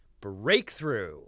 Breakthrough